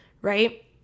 Right